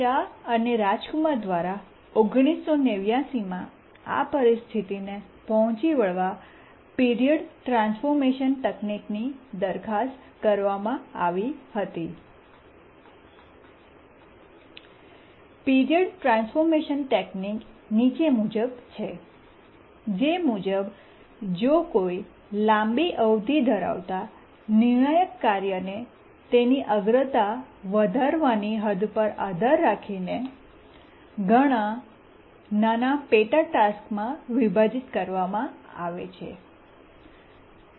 શા અને રાજ કુમાર દ્વારા 1989 માં આ પરિસ્થિતિ ને પહોંચી વળવા પિરિયડ ટ્રાન્સફોર્મેશન તકનીકની દરખાસ્ત કરવામાં આવી હતી પીરિયડ ટ્રાન્સફોર્મેશન ટેકનીક નીચે મુજબ છે જે મુજબ જો કોઈ લાંબી અવધિ ધરાવતા નિર્ણાયક કાર્યને તેની અગ્રતા વધારવાની હદ પર આધાર રાખીને ઘણા નાના પેટાસ્ટેક્સમાં વિભાજીત કરવામાં આવે છે